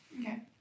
Okay